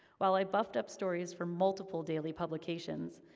while i buffed up stories from multiple daily publications,